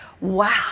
Wow